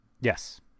Yes